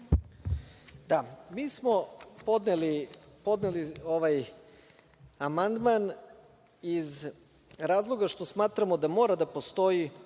Mi smo podneli ovaj amandman iz razloga što smatramo da mora da postoji